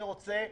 אני רוצה,